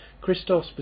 Christos